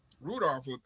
Rudolph